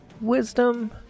wisdom